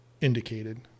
indicated